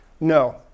No